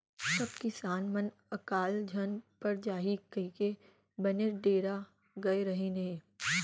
सब किसान मन अकाल झन पर जाही कइके बनेच डेरा गय रहिन हें